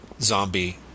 zombie